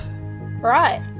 Right